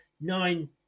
nine